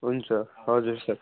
हुन्छ हजुर सर